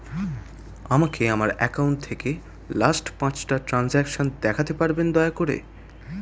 আমাকে আমার অ্যাকাউন্ট থেকে লাস্ট পাঁচটা ট্রানজেকশন দেখাতে পারবেন দয়া করে